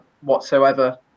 whatsoever